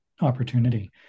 opportunity